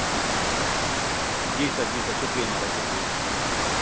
जी sir जी sir शुक्रिया माराज शुक्रिया